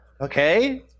okay